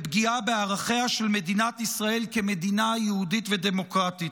לפגיעה בערכיה של מדינת ישראל כמדינה יהודית ודמוקרטית.